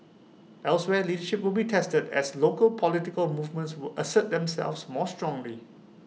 elsewhere leadership will be tested as local political movements will assert themselves more strongly